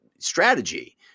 strategy